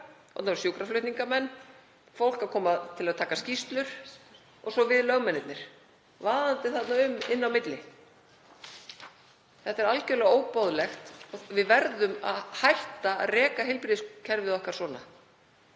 löggan, sjúkraflutningamenn, fólk að koma til að taka skýrslur og svo við lögmennirnir, vaðandi þarna inni á milli. Þetta er algjörlega óboðlegt og við verðum að hætta að reka heilbrigðiskerfið okkar svona.